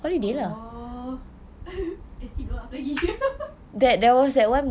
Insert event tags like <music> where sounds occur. oh <laughs> eh tidur lah lagi <laughs>